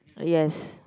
uh yes